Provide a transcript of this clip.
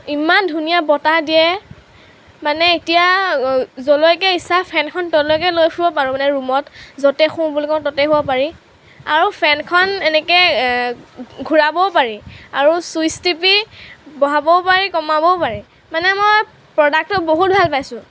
ইমান ধুনীয়া বতাহ দিয়ে মানে এতিয়া য'লৈকে ইচ্ছা ফেনখন ত'লৈকে লৈ ফুৰিব পাৰোঁ মানে ৰূমত য'তে শুওঁ বুলি কওঁ ত'তে শুব পাৰি আৰু ফেনখন এনেকৈ ঘূৰাবও পাৰি আৰু ছুইচ টিপি বঢ়াবও পাৰি কমাবও পাৰি মানে মই প্ৰডাক্টটো বহুত ভাল পাইছোঁ